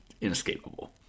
inescapable